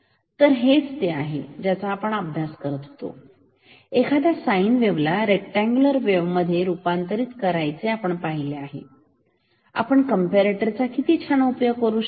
तर हेच ते आहे ज्याचा आपण अभ्यास करत आहोत एखाद्या साइन वेव्हला रेक्टांगुलार मध्ये रुपांतरीत करायचे आपण पाहिले आहे आपण कॅम्पारेटरचा किती छान उपयोग करू शकतो